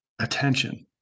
attention